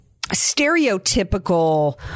stereotypical